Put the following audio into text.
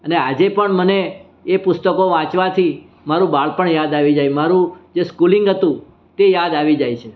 અને આજે પણ મને એ પુસ્તકો વાંચવાથી મારું બાળપણ યાદ આવી જાય મારું જે સ્કૂલિંગ હતું તે યાદ આવી જાય છે